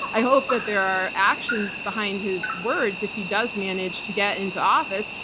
i hope that there are actions behind his words if he does manage to get into office.